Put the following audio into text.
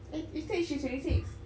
eh you said she's twenty six